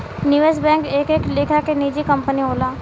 निवेश बैंक एक एक लेखा के निजी कंपनी होला